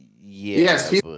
Yes